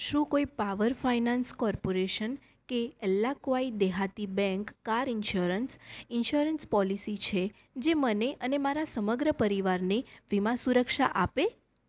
શું કોઈ power finance corporation કે એલ્લાક્વાઈ દેહાતી bank car insurance insurance policy છે જે મને અને મારા સમગ્ર પરિવારને વીમા સુરક્ષા આપે